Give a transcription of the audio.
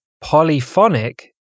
polyphonic